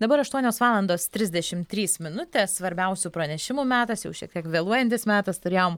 dabar aštuonios valandos trisdešimt trys minutės svarbiausių pranešimų metas jau šiek tiek vėluojantis metas turėjom